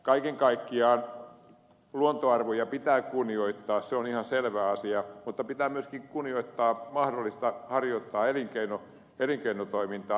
kaiken kaikkiaan luontoarvoja pitää kunnioittaa se on ihan selvä asia mutta pitää myöskin kunnioittaa mahdollisuutta harjoittaa elinkeinotoimintaa